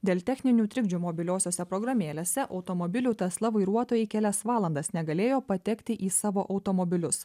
dėl techninių trikdžių mobiliosiose programėlėse automobilių tesla vairuotojai kelias valandas negalėjo patekti į savo automobilius